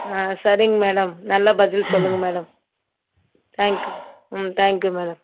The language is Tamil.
ஆ சரிங்க மேடம் நல்ல பதில் சொல்லுங்கள் madam thank you hmm thank you madam